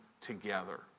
together